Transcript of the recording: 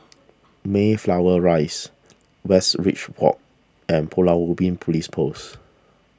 Mayflower Rise Westridge Walk and Pulau Ubin Police Post